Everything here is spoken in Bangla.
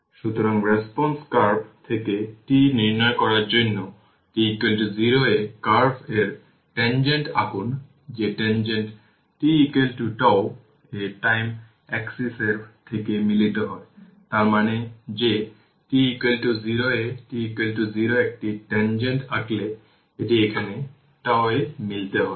সুতরাং রেসপন্স কার্ভ থেকে τ নির্ণয় করার জন্য t 0 এ কার্ভ এর ট্যানজেন্টtangent আঁকুন যে ট্যানজেন্ট t τ এ টাইম এক্সিস এর সাথে মিলিত হয় তার মানে যে t 0 এ t 0 একটি ট্যানজেন্ট আঁকলে এটি এখানে τ এ মিলিত হবে